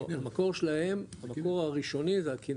לא, המקור שלהם, המקור הראשוני זה הכנרת,